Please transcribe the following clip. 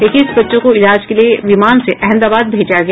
इक्कीस बच्चों को इलाज के लिए विमान से अहमदाबाद भेजा गया